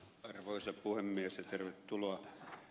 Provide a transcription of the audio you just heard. arvoisa puhemies ja tervetuloa